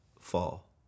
fall